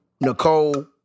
Nicole